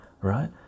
right